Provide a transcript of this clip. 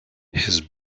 his